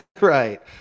Right